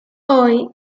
hoy